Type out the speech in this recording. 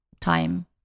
time